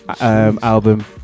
album